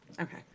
Okay